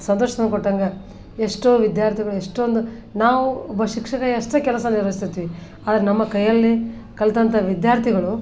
ಸಂತೋಷ ತಂದು ಕೊಟ್ಟಂಗೆ ಎಷ್ಟೋ ವಿದ್ಯಾರ್ಥಿಗಳ್ ಎಷ್ಟೊಂದು ನಾವು ಒಬ್ಬ ಶಿಕ್ಷಕರಾಗಿ ಅಷ್ಟೇ ಕೆಲಸ ನಿರ್ವಹಿಸಿರ್ತೀವಿ ಆದ್ರೆ ನಮ್ಮ ಕೈಯಲ್ಲಿ ಕಲ್ತಂಥ ವಿದ್ಯಾರ್ಥಿಗಳು